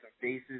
faces